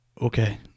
Okay